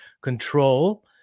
control